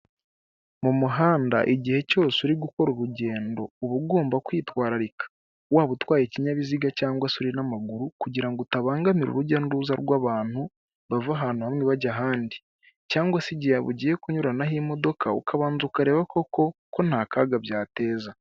Mu muhanda igihe cyose uri gukora urugendo, uba ugomba kwitwararika waba utwaye ikinyabiziga cyangwa se uri n'amaguru kugira ngo utabangamira urujya n'uruza rw'abantu bava ahantu hamwe bajya ahandi. Cyangwa se igihe ugiye kunyuranaho imodoka ukabanza ukareba koko ko nta kaga byateza.